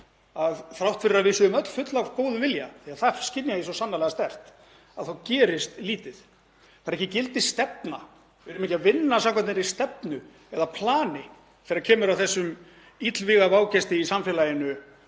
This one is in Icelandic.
að þrátt fyrir að við séum öll full af góðum vilja, því að það skynja ég svo sannarlega sterkt, þá gerist lítið. Það er ekki í gildi stefna. Við erum ekki að vinna samkvæmt neinni stefnu eða plani þegar kemur að þessum illvíga vágesti í samfélaginu